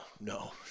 no